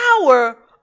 power